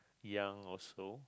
young also